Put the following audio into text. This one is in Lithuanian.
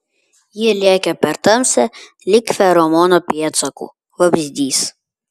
ji lėkė per tamsą lyg feromono pėdsaku vabzdys